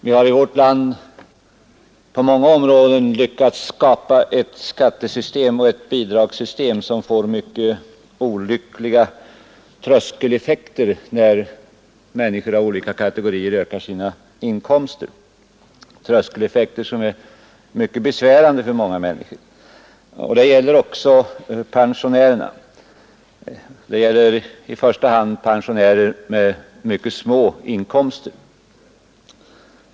Vi har i vårt land på många områden lyckats skapa ett skattesystem och ett bidragssystem som får mycket olyckliga tröskeleffekter när människor av olika kategorier ökar sina inkomster — tröskeleffekter som är mycket besvärande för många människor. Det gäller också pensionärerna — i första hand pensionärer med mycket små inkomster.